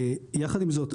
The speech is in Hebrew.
יחד עם זאת,